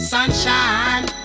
Sunshine